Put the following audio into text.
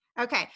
Okay